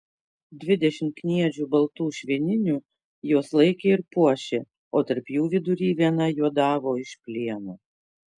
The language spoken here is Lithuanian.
dvidešimt kniedžių baltų švininių juos laikė ir puošė o tarp jų vidury viena juodavo iš plieno